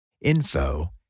info